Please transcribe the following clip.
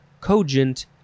cogent